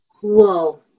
Whoa